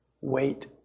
wait